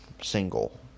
single